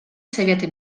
совета